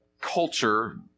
culture